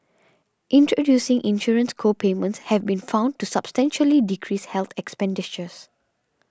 introducing insurance co payments have been found to substantially decrease health expenditures